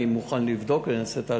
אני מוכן לבדוק ואני אעשה את ההשלמה.